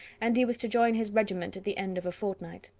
and he was to join his regiment at the end of a fortnight.